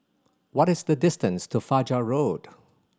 what is the distance to Fajar Road